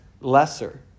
lesser